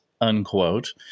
unquote